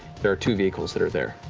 there are two vehicles that are there.